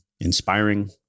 inspiring